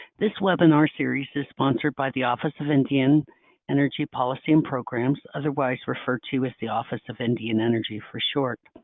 this webinar series is sponsored by the office of indian energy policy and programs, otherwise referred to as the office of indian energy for short.